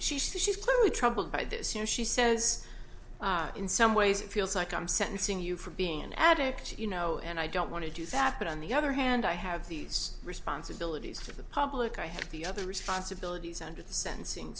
she's she's clearly troubled by this you know she says in some ways it feels like i'm sentencing you for being an addict you know and i don't want to do that but on the other hand i have these responsibilities to the public i have the other responsibilities under the sentencing